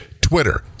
Twitter